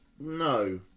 No